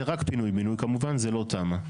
זה רק פינוי בינוי, כמובן, זה לא תמ"א.